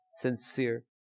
sincere